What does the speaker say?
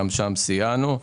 גם שם סייענו.